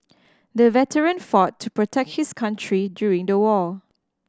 the veteran fought to protect his country during the war